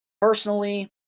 personally